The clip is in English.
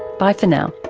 bye for now